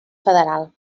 federal